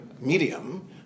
medium